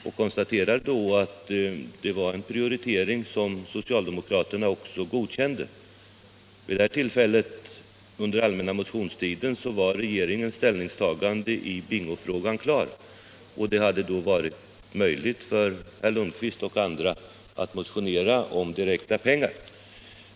Jag konstaterar således att den prioritering vi gjorde har godkänts av socialdemokraterna. männa motionstiden, och det hade då varit möjligt för herr Lundkvist — Nr 101 och andra att motionera om direkta pengar.